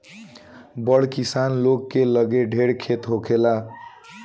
बड़ किसान लोग के लगे ढेर खेत होखेला